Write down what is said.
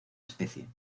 especie